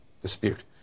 dispute